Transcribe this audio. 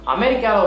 America